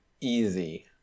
easy